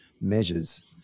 measures